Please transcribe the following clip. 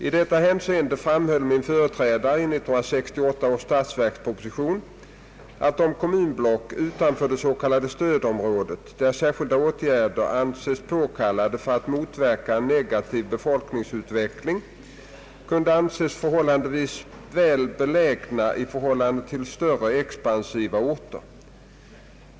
I detta hänseende framhöll min företrädare i 1968 års statsverksproposition, att de kommun block utanför det s.k. stödområdet, där särskilda åtgärder anses påkallade för att motverka en negativ befolkningsutveckling, kunde anses förhållandevis väl belägna i förhållande till större, expansiva orter.